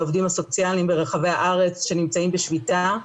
עם העובדים הסוציאליים ברחבי הארץ שנמצאים בשביתה.